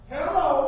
Hello